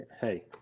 Hey